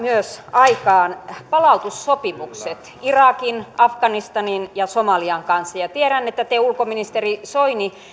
aikaan myös palautussopimukset irakin afganistanin ja somalian kanssa ja tiedän että te ulkoministeri soini